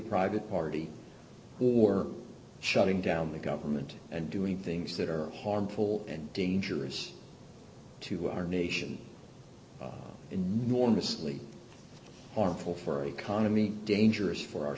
party or shutting down the government and doing things that are harmful and dangerous to our nation enormously armful for our economy dangerous for our